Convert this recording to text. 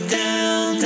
down